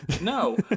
No